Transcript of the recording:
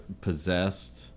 possessed